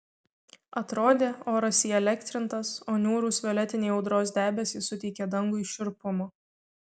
atrodė oras įelektrintas o niūrūs violetiniai audros debesys suteikė dangui šiurpumo